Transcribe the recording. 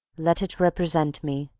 let it represent me.